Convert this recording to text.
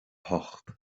hocht